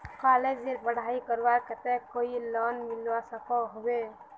कॉलेजेर पढ़ाई करवार केते कोई लोन मिलवा सकोहो होबे?